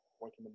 working